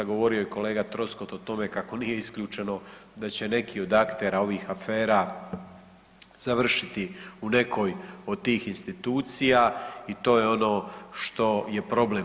Govorio je kolega Troskot o tome kako nije isključeno da će neki od aktera ovih afera završiti u nekoj od tih institucija i to je ono što je problem.